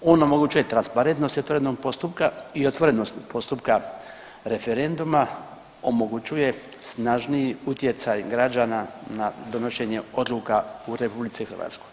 On omogućuje transparentnost otvorenog postupka i otvorenost postupka referenduma, omogućuje snažniji utjecaj građana na donošenje odluka u RH.